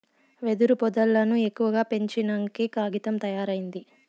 వెదురు పొదల్లను ఎక్కువగా పెంచినంకే కాగితం తయారైంది